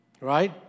right